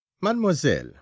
Mademoiselle